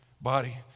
body